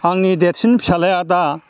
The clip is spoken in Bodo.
आंनि देरसिन फिसाज्लाया दा